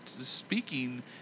speaking